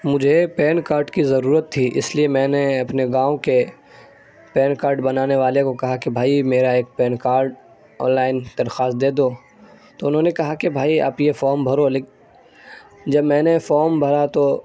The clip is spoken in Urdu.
مجھے پین کارڈ کی ضرورت تھی اس لیے میں نے اپنے گاؤں کے پین کارڈ بنانے والے کو کہا کہ بھائی میرا ایک پین کارڈ آن لائن درخواست دے دو تو انہوں نے کہا کہ بھائی آپ یہ فام بھرو جب میں نے فام بھرا تو